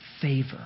favor